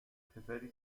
پسری